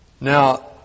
Now